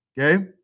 okay